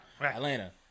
Atlanta